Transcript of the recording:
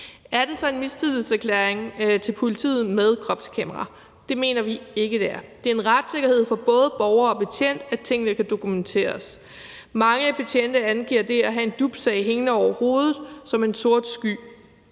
Er det så en mistillidserklæring til politiet at indføre kropskameraer? Det mener vi ikke at det er. Det er en retssikkerhed for både borger og betjent, at tingene kan dokumenteres. Mange betjente angiver det at have en DUP-sag hængende over hovedet som at have en sort sky